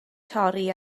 torri